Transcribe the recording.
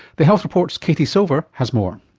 the health report's katie silver has more.